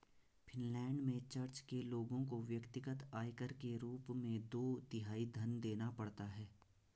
Finland में church के लोगों को व्यक्तिगत आयकर के रूप में दो तिहाई धन देना पड़ता है